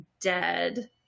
dead